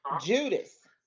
Judas